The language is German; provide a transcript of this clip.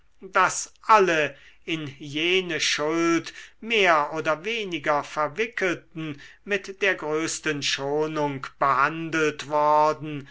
daß alle in jene schuld mehr oder weniger verwickelten mit der größten schonung behandelt worden